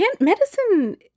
Medicine